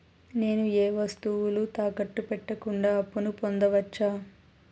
నేను ఏ వస్తువులు తాకట్టు పెట్టకుండా అప్పును పొందవచ్చా?